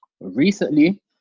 recently